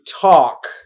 talk